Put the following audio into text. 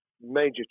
major